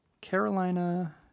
Carolina